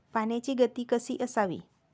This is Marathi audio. पाण्याची गती कशी असावी?